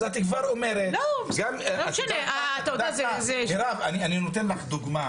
אני אתן לך דוגמה.